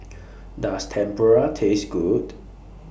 Does Tempura Taste Good